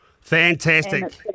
Fantastic